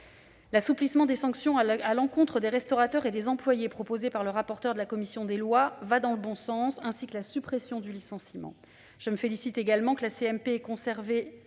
L'assouplissement des sanctions à l'encontre des restaurateurs et des employés, proposé par le rapporteur de la commission des lois, va dans le bon sens, tout comme la suppression du licenciement. Je me félicite également que la CMP ait conservé